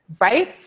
right